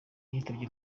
yitabye